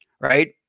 right